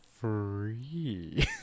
free